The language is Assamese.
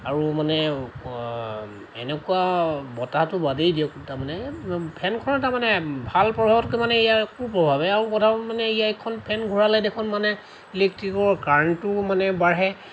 আৰু মানে এনেকুৱা বতাহটো বাদেই দিয়ক তাৰ মানে ফেনখনৰ তাৰ মানে ভাল প্ৰভাৱতকৈ মানে ইয়াৰ কুপ্ৰভাৱে আৰু কথা হ'ল মানে ইয়াৰ এইখন ফেন ঘূৰালে দেখোন মানে ইলেক্ট্ৰিকৰ কাৰণ্টো মানে বাঢ়ে